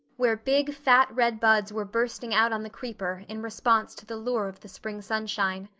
where big fat red buds were bursting out on the creeper in response to the lure of the spring sunshine.